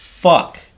Fuck